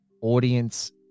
audience